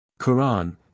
Quran